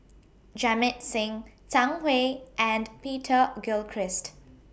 Jamit Singh Zhang Hui and Peter Gilchrist